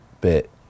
bit